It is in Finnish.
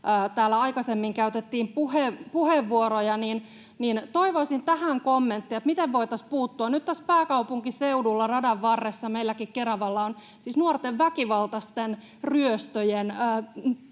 täällä aikaisemmin käytettiin puheenvuoroja. Toivoisin tähän kommentteja, miten voitaisiin puuttua. Nyt tässä pääkaupunkiseudulla radan varressa meillä Keravallakin on siis nuorten väkivaltaisten ryöstöjen